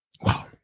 Wow